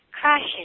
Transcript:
crashes